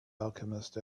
alchemist